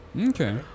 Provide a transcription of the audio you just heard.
Okay